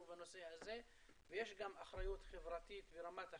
בנושא הזה ויש גם אחריות חברתית ברמת החברה.